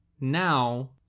now